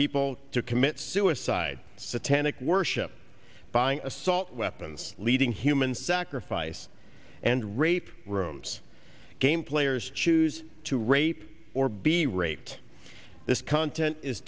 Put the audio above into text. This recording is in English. people to commit suicide satanic worship buying assault weapons leading human sacrifice and rape rooms game players choose to rape or be raped this content is